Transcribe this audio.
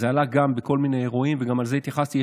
זה עלה גם בכל מיני אירועים, וגם לזה התייחסתי.